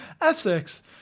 Essex